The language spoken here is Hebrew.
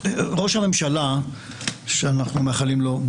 טיעונו העיקרי של העותר הינו כי ראש הממשלה והממשלה נמנעים בדרך